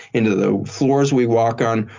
into the floors we walk on.